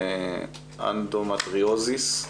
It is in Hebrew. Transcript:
אנדומטריוזיס,